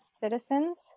citizens